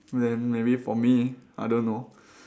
then maybe for me I don't know